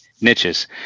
Niches